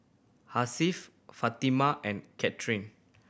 Hasif Fatimah and